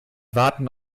warten